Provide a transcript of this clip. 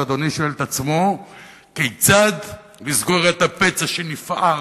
אדוני שואל את עצמו כיצד לסגור את הפצע שנפער.